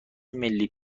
ملی